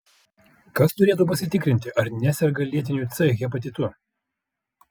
kas turėtų pasitikrinti ar neserga lėtiniu c hepatitu